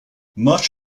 much